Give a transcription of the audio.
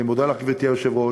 אני מודה לך, גברתי היושבת-ראש.